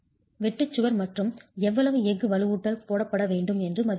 வெட்டு சுவர் மற்றும் எவ்வளவு எஃகு வலுவூட்டல் போடப்பட வேண்டும் என்று மதிப்பிடுகிறது